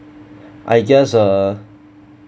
I guess uh